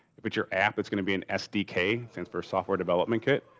but your app, it's gonna be an sdk, stands for a software development kit.